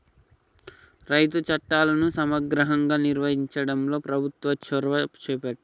రైతు చట్టాలను సమగ్రంగా నిర్వహించడంలో ప్రభుత్వం చొరవ చేపట్టాలె